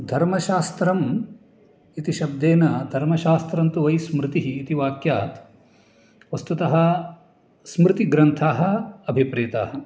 धर्मशास्त्रम् इति शब्देन धर्मशास्त्रं तु वैस्मृतिः इति वाक्यात् वस्तुतः स्मृतिग्रन्थाः अभिप्रेताः